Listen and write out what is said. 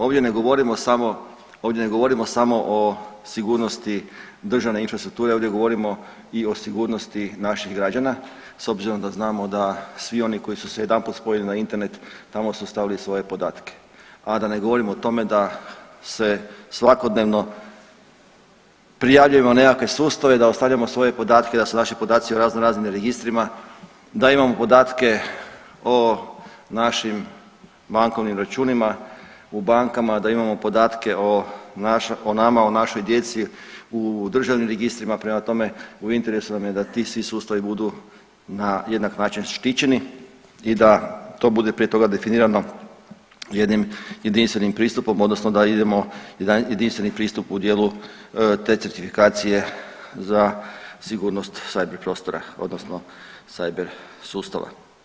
Ovdje ne govorimo samo o sigurnosti državne infrastrukture, ovdje govorimo i o sigurnosti naših građana, s obzirom da znamo da svi oni koji su se jedanput spojili na internet, tamo su ostavili svoje podatke, a da ne govorim o tome da se svakodnevno prijavljujemo na nekakve sustave, da ostavljamo svoje podatke, da su naši podaci u raznoraznim registrima, da imamo podatke o našim bankovnim računima u bankama, da imamo podatke o nama, o našoj djeci u državnim registrima, prema tome, u interesu nam je da ti svi sustavi budu na jednaki način štićeni i da to bude prije toga definirano jednim jedinstvenim pristupom, odnosno da idemo na jedan jedinstveni pristup u dijelu te certifikacije za sigurnost cyber prostora, odnosno cyber sustava.